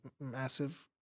massive